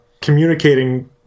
communicating